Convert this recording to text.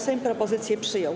Sejm propozycję przyjął.